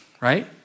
right